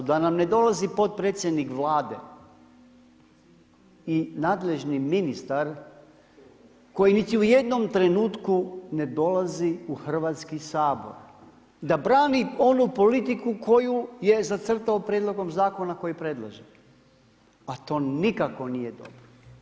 Da nam ne dolazi potpredsjednik Vlade i nadležni ministar koji niti u jednom trenutku ne dolazi u Hrvatski sabor da brani onu politiku koju je zacrtao prijedlogom zakona koji predlaže, a to nikako nije dobro.